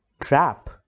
trap